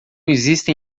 existem